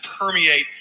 permeate